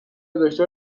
دکتر